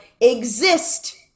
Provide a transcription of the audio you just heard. exist